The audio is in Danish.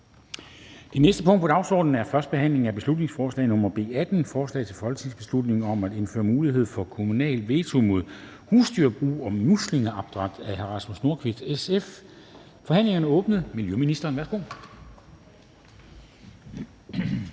Det næste punkt på dagsordenen er: 27) 1. behandling af beslutningsforslag nr. B 18: Forslag til folketingsbeslutning om at indføre mulighed for kommunalt veto mod husdyrbrug og muslingeopdræt. Af Rasmus Nordqvist (SF) m.fl. (Fremsættelse